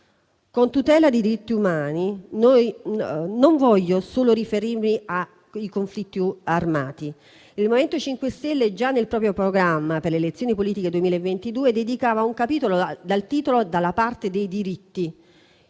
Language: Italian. Con tutela dei diritti umani, io non voglio riferirmi solo ai conflitti armati. Il MoVimento 5 Stelle già nel proprio programma per le elezioni politiche 2022 vi dedicava un capitolo, dal titolo «Dalla parte dei diritti».